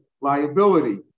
liability